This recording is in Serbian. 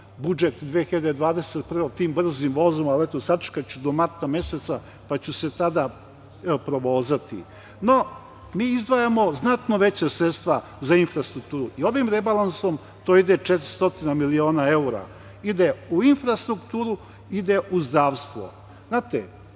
budžet 2021. godine tim brzim vozom, ali eto, sačekaću do marta meseca, pa ću se tada provozati.No, mi izdvajamo znatno veća sredstva za infrastrukturu i ovim rebalansom to ide 400 miliona evra, ide u infrastrukturu, ide u zdravstvo. Znate,